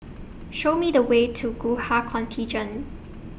Show Me The Way to Gurkha Contingent